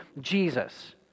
Jesus